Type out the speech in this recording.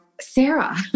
Sarah